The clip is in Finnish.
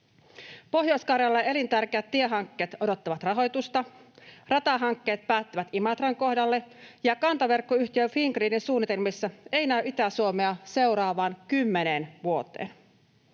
Pohjois-Karjalan elintärkeät tiehankkeet odottavat rahoitusta, ratahankkeet päättyvät Imatran kohdalle, ja kantaverkkoyhtiö Fingridin suunnitelmissa ei näy Itä-Suomea seuraavaan kymmeneen vuoteen.